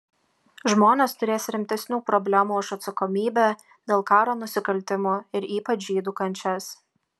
žmonės turės rimtesnių problemų už atsakomybę dėl karo nusikaltimų ir ypač žydų kančias